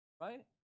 Right